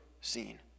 seen